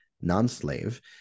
non-slave